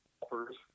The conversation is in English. offers